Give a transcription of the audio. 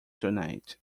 tonight